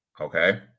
Okay